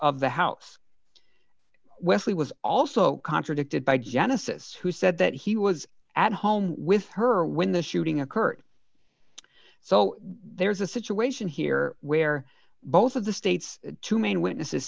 of the house wesley was also contradicted by genesis who said that he was at home with her when the shooting occurred so there's a situation here where both of the state's two main witnesses